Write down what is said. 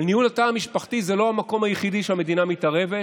אבל ניהול התא המשפחתי זה לא המקום היחידי שהמדינה מתערבת